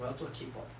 我要做 K pop